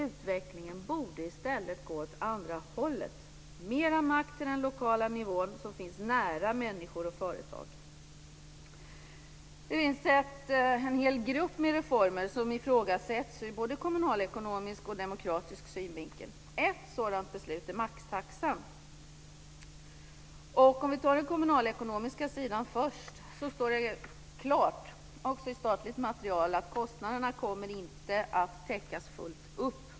Utvecklingen borde i stället gå åt andra hållet - mer makt till den lokala nivån, som finns nära människor och företag. Det finns en hel grupp med reformer som ifrågasätts ur både kommunalekonomisk och demokratisk synvinkel. Ett sådant beslut är maxtaxan.